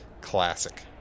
Classic